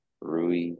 Rui